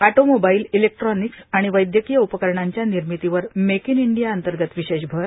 automobile electronics आणि वैद्यकीय उपकरणांच्या निर्मितीवर मेक इन इंडिया अंतर्गत विशेष भर